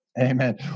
Amen